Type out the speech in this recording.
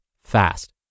fast